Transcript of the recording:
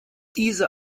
diese